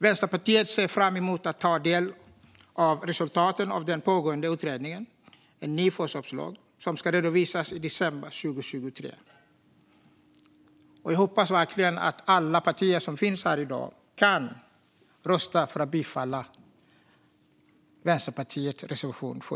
Vänsterpartiet ser fram emot att ta del av resultaten av den pågående utredningen En ny förköpslag, som ska redovisa sina resultat i december 2023. Jag hoppas verkligen att alla partier här i dag kan rösta bifall till Vänsterpartiets reservation 7.